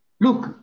look